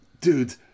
dude